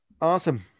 awesome